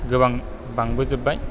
गोबां बांबोजोबबाय